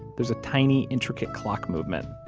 there's a tiny intricate clock movement